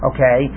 Okay